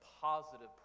positive